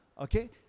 Okay